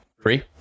Free